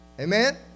Amen